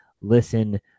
listen